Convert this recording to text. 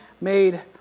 made